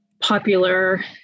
Popular